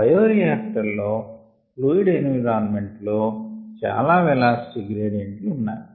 bioreactor లో fluid environment లో చాలా వెలాసిటీ గ్రేడియంట్ లు ఉన్నాయి